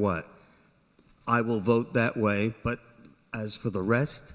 what i will vote that way but as for the rest